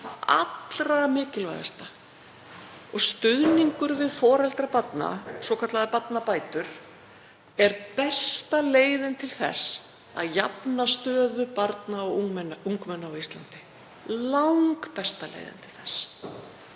allra mikilvægasta. Stuðningur við foreldra barna, svokallaðar barnabætur, er besta leiðin til þess að jafna stöðu barna og ungmenna á Íslandi. Langbesta leiðin til þess.